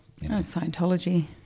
scientology